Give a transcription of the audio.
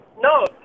No